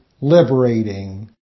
liberating